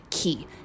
key